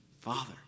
father